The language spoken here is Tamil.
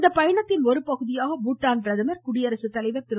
இந்த பயணத்தின் ஒருபகுதியாக பூடான் பிரதமர் குடியரசுத்தலைவர் திரு